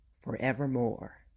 forevermore